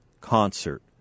concert